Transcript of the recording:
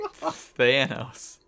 Thanos